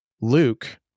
Luke